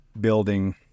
building